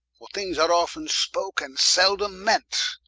for things are often spoke, and seldome meant,